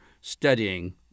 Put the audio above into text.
studying